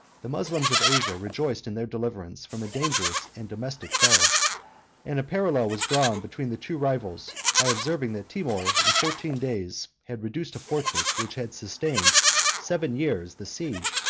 the moslems of asia rejoiced in their deliverance from a dangerous and domestic foe and a parallel was drawn between the two rivals, by observing that timour, in fourteen days, had reduced a fortress which had sustained seven years the siege,